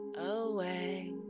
away